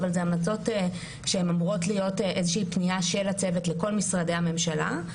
אבל אלה המלצות שאמורות להיות איזושהי פנייה של הצוות לכל משרדי הממשלה.